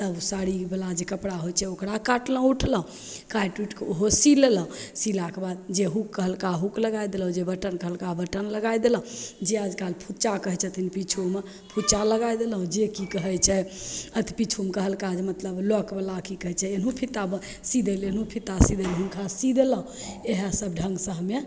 तब साड़ीवला जे कपड़ा होइ छै ओकरा काटलहुँ उटलहुँ काटि उटिके ओहो सी लेलहुँ सिलाके बाद जे हुक कहलका हुक लगै देलहुँ जे बटन कहलका बटन लगै देलहुँ जे आइ काल्हि फुच्चा कहै छथिन पिछुमे फुच्चा लगै देलहुँ जेकि कहै छै अथी पिछुमे कहलका जे मतलब लाॅकवलाकि कहै छै एहोँ फित्ता सी दै ले हुनका सी देलहुँ इएहसब ढङ्गसे हमे